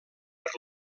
per